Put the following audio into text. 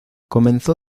comenzó